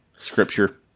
scripture